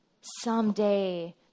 Someday